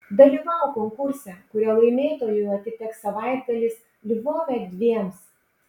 dalyvauk konkurse kurio laimėtojui atiteks savaitgalis lvove dviems